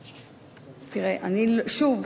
שוב,